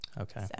Okay